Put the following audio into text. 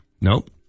Nope